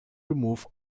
remove